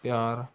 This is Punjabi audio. ਪਿਆਰ